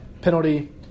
Penalty